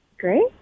Great